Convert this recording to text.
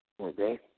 Okay